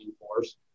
force